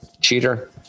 Cheater